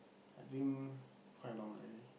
I think quite long already